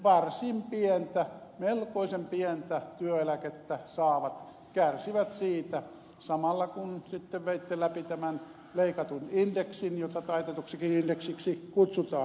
varsin pientä melkoisen pientä työeläkettä saavat kärsivät siitä samalla kun sitten veitte läpi tämän leikatun indeksin jota taitetuksikin indeksiksi kutsutaan